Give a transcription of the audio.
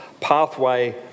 pathway